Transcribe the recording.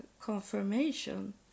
confirmation